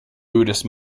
buddhist